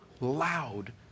loud